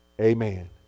Amen